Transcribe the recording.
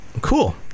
cool